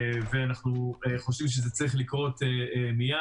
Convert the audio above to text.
אנחנו חושבים שזה צריך לקרות מיד.